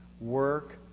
work